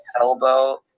elbow